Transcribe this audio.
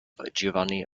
giovanni